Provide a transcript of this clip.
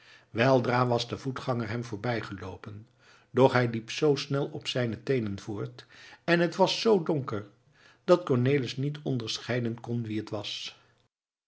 weldra was de voetganger hem voorbij geloopen doch hij liep z snel op zijne teenen voort en het was z donker dat cornelis niet onderscheiden kon wie het was